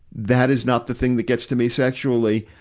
that is not the thing that gets to me sexually.